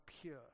pure